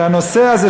שהנושא הזה,